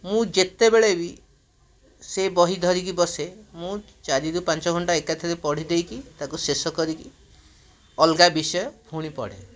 ମୁଁ ଯେତେବେଳେ ବି ସେ ବହି ଧରିକି ବସେ ମୁଁ ଚାରିରୁ ପାଞ୍ଚଘଣ୍ଟା ଏକାଥରେ ପଢ଼ି ଦେଇକି ତାକୁ ଶେଷ କରିକି ଅଲଗା ବିଷୟ ପୁଣି ପଢ଼େ